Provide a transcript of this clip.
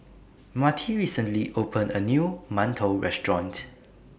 Marty recently opened A New mantou Restaurant